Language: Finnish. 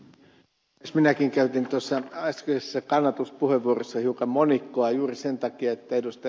jos minäkin käytin tuossa äskeisessä kannatuspuheenvuorossa hiukan monikkoa juuri sen takia että ed